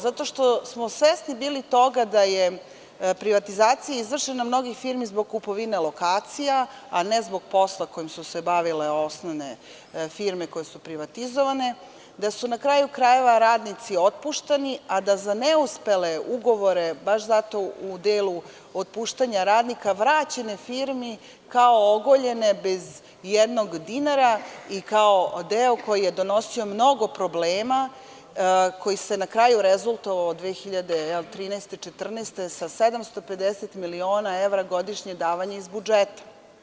Zato što smo svesni bili toga da je privatizacija izvršena mnogih firmi zbog kupovine lokacija, a ne zbog posla kojim su se bavile osnovne firme koje su privatizovane, da su na kraju krajeva radnici otpušteni, a da za neuspele ugovore baš zato u delu otpuštanja radnika vraćene firmi, kao ogoljene bez jednog dinara i kao deo koji je donosio mnogo problema koji se na kraju rezultovao 2013.-2014. godine sa 750 miliona evra godišnjeg davanja iz budžeta.